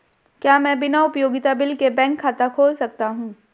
क्या मैं बिना उपयोगिता बिल के बैंक खाता खोल सकता हूँ?